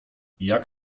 jak